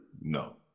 No